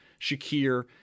Shakir